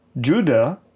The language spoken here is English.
Judah